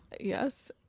Yes